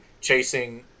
chasing